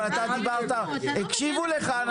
כשאתה דיברת הקשיבו לך.